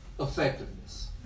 effectiveness